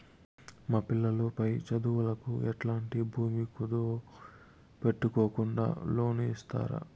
మా పిల్లలు పై చదువులకు ఎట్లాంటి భూమి కుదువు పెట్టుకోకుండా లోను ఇస్తారా